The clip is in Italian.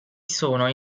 sono